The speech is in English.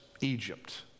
Egypt